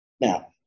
Now